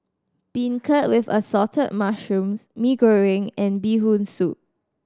beancurd with Assorted Mushrooms Mee Goreng and Bee Hoon Soup